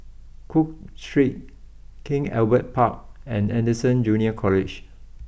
cook Street King Albert Park and Anderson Junior College